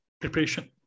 preparation